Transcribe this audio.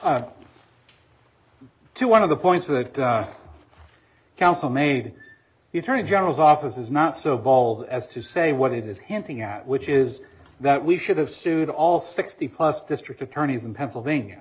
much to one of the points the council made the attorney general's office is not so ball as to say what it is hinting at which is that we should have sued all sixty plus district attorneys in pennsylvania